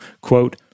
Quote